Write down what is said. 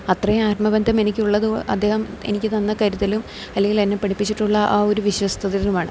അത്രയും ആത്മബന്ധം എനിക്ക് ഉള്ളത് അദ്ദേഹം എനിക്ക് തന്ന കരുതലും അല്ലെങ്കിൽ എന്നെ പഠിപ്പിച്ചിട്ടുള്ള ആ ഒരു വിശ്വസ്തയുമാണ്